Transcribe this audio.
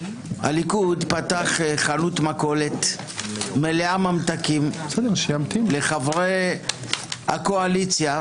הליכוד פתח חנות מכולת מלאה ממתקים לחברי הקואליציה,